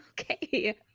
Okay